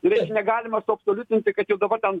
ir negalima suabsoliutinti kad jau dabar ten